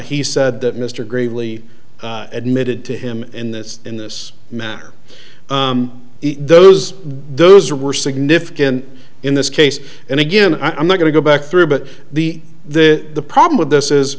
he said that mr gravely admitted to him in this in this manner those those were significant in this case and again i'm going to go back through but the the the problem with this is